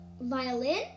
violin